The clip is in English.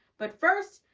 but first,